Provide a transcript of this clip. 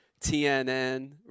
TNN